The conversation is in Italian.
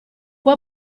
può